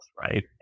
Right